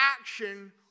action